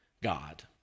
god